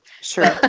Sure